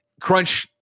crunch